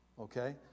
Okay